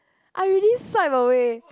I already swipe away